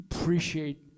appreciate